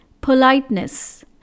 politeness